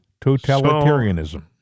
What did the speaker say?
Totalitarianism